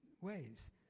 ways